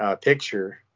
picture